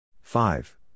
five